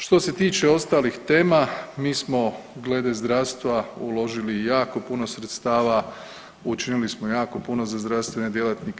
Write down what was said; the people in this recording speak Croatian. Što se tiče ostalih tema mi smo glede zdravstva uložili jako puno sredstava, učinili smo jako puno za zdravstvene djelatnike.